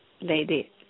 lady